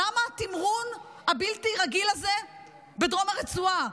למה התמרון הבלתי-רגיל הזה בדרום הרצועה?